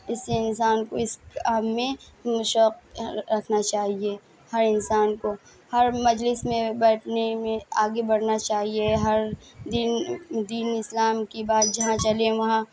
اس سے انسان کو اس کام میں شوق رکھنا چاہیے ہر انسان کو ہر مجلس میں بیٹھنے میں آگے بڑھنا چاہیے ہر دن دین اسلام کی بعد جہاں چلے وہاں